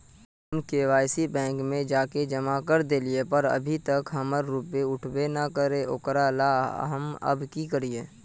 हम KYC bank में जाके जमा कर देलिए पर अभी तक हमर रुपया उठबे न करे है ओकरा ला हम अब की करिए?